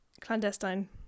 clandestine